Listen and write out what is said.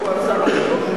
הוא השר הממונה.